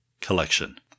collection